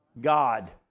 God